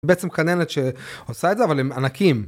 בעצם כננת שעושה את זה, אבל הם ענקים.